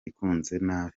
nabi